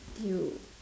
you